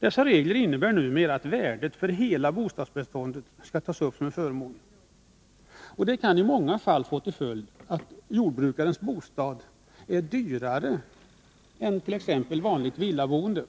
Dessa regler innebär numera att värdet för hela bostadsbeståndet skall tas upp som en förmån. Detta kan i många fall få till följd att jordbrukarens bostad är dyrare än t.ex. vanligt villaboende.